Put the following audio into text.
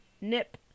NIP